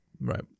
right